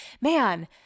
man